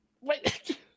Wait